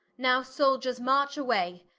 now souldiers march away,